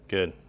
Good